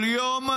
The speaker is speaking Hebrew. "כל יום,